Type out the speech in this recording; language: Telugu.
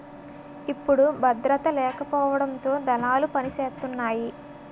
ఇప్పుడు భద్రత లేకపోవడంతో దళాలు పనిసేతున్నాయి